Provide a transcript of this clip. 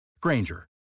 Granger